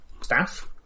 staff